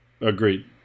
Agreed